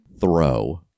throw